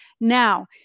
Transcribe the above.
Now